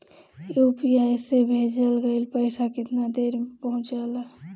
UPI से भेजल गईल पईसा कितना देर में पहुंच जाला?